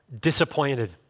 disappointed